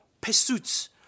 pursuits